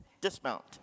dismount